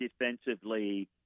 defensively